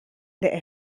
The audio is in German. der